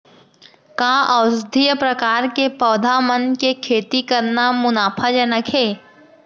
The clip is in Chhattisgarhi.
का औषधीय प्रकार के पौधा मन के खेती करना मुनाफाजनक हे?